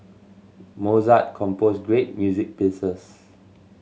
Mozart composed great music pieces